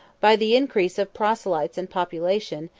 by the increase of proselytes and population,